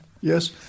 Yes